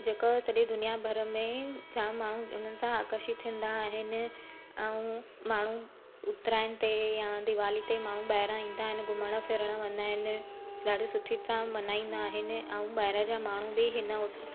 जेका सॼे दुनिया भर में जाम माण्हू इन्हनि सां आकर्षित थींदा आहिनि ऐं उहे माण्हू उतरायन ते या दिवाली ते माण्हू ॿाहिरां ईंदा आहिनि घुमणु फिरणु वेंदा इन ॾाढे सुठी तरह मल्हाईंदा आहिनि ऐं ॿाहिरां जा माण्हू बि हिन